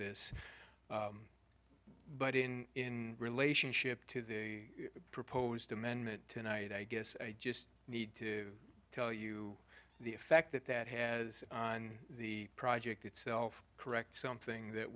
this but in relationship to the proposed amendment tonight i guess i just need to tell you the effect that that has on the project itself correct something that